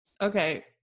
okay